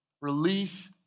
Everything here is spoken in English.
Release